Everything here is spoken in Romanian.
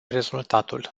rezultatul